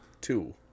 two